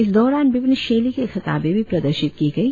इस दौरान विभिन्न शैली के किताबे भी प्रदर्शित की गई